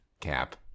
Cap